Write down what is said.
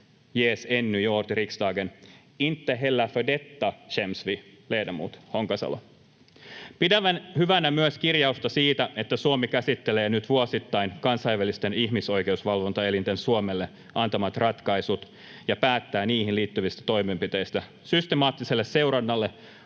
Pidämme hyvänä myös kirjausta siitä, että Suomi käsittelee nyt vuosittain kansainvälisten ihmisoikeusvalvontaelinten Suomelle antamat ratkaisut ja päättää niihin liittyvistä toimenpiteistä. Systemaattiselle seurannalle